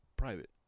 private